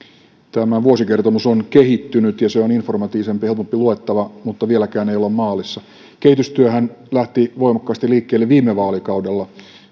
tämä vuosikertomus on kehittynyt ja se on informatiivisempi ja helpompi luettava mutta vieläkään ei olla maalissa kehitystyöhän lähti voimakkaasti liikkeelle viime vaalikaudella